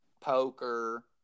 poker